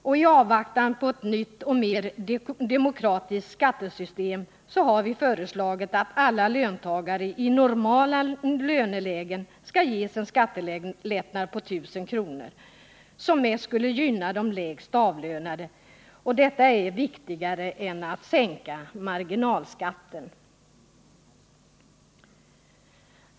Och i avvaktan på ett nytt och mer demokratiskt skattesystem har vi föreslagit att alla löntagare i normala lönelägen skall ges en skattelättnad på 1 000 kr., som mest skulle gynna de lägst avlönade. Detta är viktigare än att sänka marginalskatten.